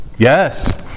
Yes